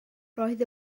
roedd